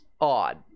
odd